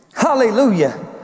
Hallelujah